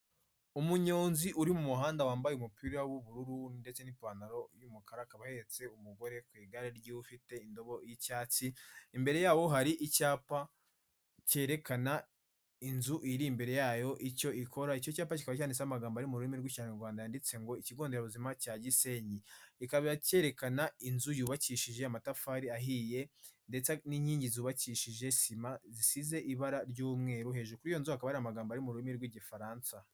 Umunyonzi uri mu muhanda wambaye umupira w'ubururu ndetse n'ipantaro y'umukara akaba ahetse umugore ku igare ry'ufite indobo y'icyatsi. Imbere yabo hari icyapa cyerekana inzu iri imbere yayo icyo ikora. Icyo cyapa kikaba cyanditseho amagambo ari mu rurimi rw'Ikinyarwanda yanditse ngo ikigonderabuzima cya Gisenyi. Kikaba cyerekana inzu yubakishije amatafari ahiye ndetse n'inkingi zubakishije sima zisize ibara ry'umweru. Hejuru kw'iyo nzu hakaba hari amagambo ari mu rurimi rw'Igifaransa.